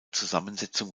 zusammensetzung